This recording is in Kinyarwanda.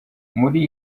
muri